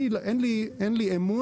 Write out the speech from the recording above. אין לי אמון,